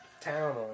town